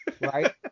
right